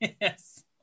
Yes